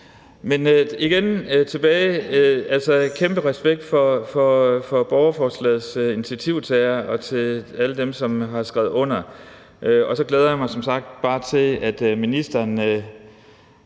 igen: Jeg har kæmpe respekt for borgerforslagets initiativtagere og alle dem, der har skrevet under. Og så glæder jeg mig som sagt bare til, at ministeren